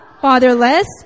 fatherless